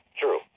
true